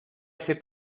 ese